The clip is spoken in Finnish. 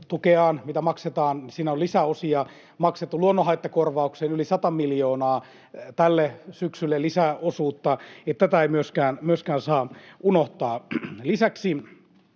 tukeaan, mitä maksetaan — siinä on lisäosia maksettu — luonnonhaittakorvaukseen yli 100 miljoonaa tälle syksylle lisäosuutta. Että tätä ei myöskään saa unohtaa. Lisäksi